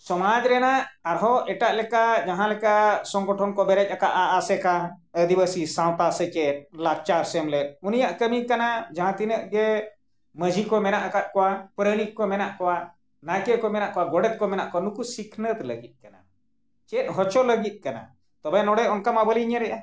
ᱥᱚᱢᱟᱡᱽ ᱨᱮᱱᱟᱜ ᱟᱨᱦᱚᱸ ᱮᱴᱟᱜ ᱞᱮᱠᱟ ᱡᱟᱦᱟᱸ ᱞᱮᱠᱟ ᱥᱚᱝᱜᱚᱴᱷᱚᱱ ᱠᱚ ᱵᱮᱨᱮᱫ ᱠᱟᱜᱼᱟ ᱟᱥᱮᱠᱟ ᱟᱹᱫᱤᱵᱟᱹᱥᱤ ᱥᱟᱶᱛᱟ ᱥᱮᱪᱮᱫ ᱞᱟᱠᱪᱟᱨ ᱥᱮᱢᱞᱮᱫ ᱩᱱᱤᱭᱟᱜ ᱠᱟᱹᱢᱤ ᱠᱟᱱᱟ ᱡᱟᱦᱟᱸ ᱛᱤᱱᱟᱹᱜ ᱜᱮ ᱢᱟᱺᱡᱷᱤ ᱠᱚ ᱢᱮᱱᱟᱜ ᱟᱠᱟᱫ ᱠᱚᱣᱟ ᱯᱟᱨᱟᱱᱤᱠ ᱠᱚ ᱢᱮᱱᱟᱜ ᱠᱚᱣᱟ ᱱᱟᱭᱠᱮ ᱠᱚ ᱢᱮᱱᱟᱜ ᱠᱚᱣᱟ ᱜᱚᱰᱮᱛ ᱠᱚ ᱢᱮᱱᱟᱜ ᱠᱚᱣᱟ ᱱᱩᱠᱩ ᱥᱤᱠᱷᱱᱟᱹᱛ ᱞᱟᱹᱜᱤᱫ ᱠᱟᱱᱟ ᱪᱮᱫ ᱦᱚᱪᱚ ᱞᱟᱹᱜᱤᱫ ᱠᱟᱱᱟ ᱛᱚᱵᱮ ᱱᱚᱰᱮ ᱚᱱᱠᱟ ᱢᱟ ᱵᱟᱹᱞᱤᱧ ᱧᱮᱞᱮᱜᱼᱟ